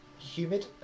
humid